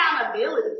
accountability